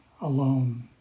alone